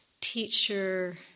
teacher